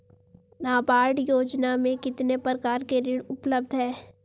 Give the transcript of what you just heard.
नाबार्ड योजना में कितने प्रकार के ऋण उपलब्ध हैं?